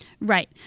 Right